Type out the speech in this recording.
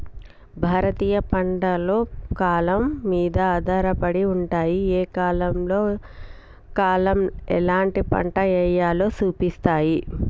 భారతీయ పంటలు కాలం మీద ఆధారపడి ఉంటాయి, ఏ కాలంలో కాలం ఎలాంటి పంట ఎయ్యాలో సూపిస్తాయి